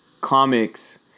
comics